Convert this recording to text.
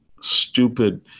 stupid